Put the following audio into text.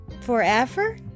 Forever